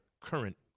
current